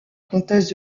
comtesse